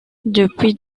depuis